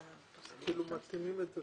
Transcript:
על סעיף 83 אתה כרגע לא מצביע.